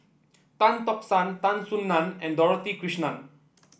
Tan Tock San Tan Soo Nan and Dorothy Krishnan